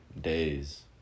days